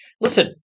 listen